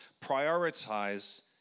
prioritize